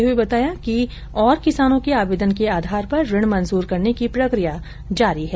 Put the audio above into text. उन्होंने बताया कि और किसानों के आवेदन के आधार पर ऋण मंजूर करने की प्रक्रिया जारी है